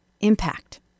impact